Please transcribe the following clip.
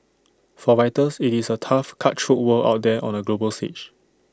for writers IT is A tough cutthroat world out there on the global stage